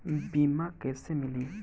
बीमा कैसे मिली?